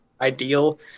ideal